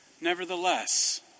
nevertheless